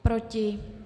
Proti?